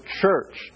church